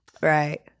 Right